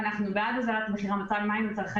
ואנחנו בעד הוזלת מחיר המים לצרכנים,